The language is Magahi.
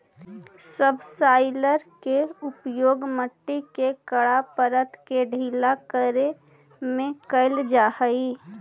सबसॉइलर के उपयोग मट्टी के कड़ा परत के ढीला करे में कैल जा हई